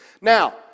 now